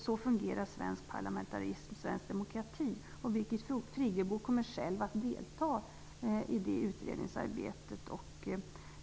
Så fungerar svensk parlamentarism och svensk demokrati. Birgit Friggebo kommer själv att delta i det utredningsarbetet.